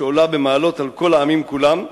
שעולה במעלות על כל העמים כולם,